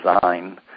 design